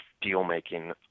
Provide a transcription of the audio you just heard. deal-making